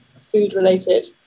food-related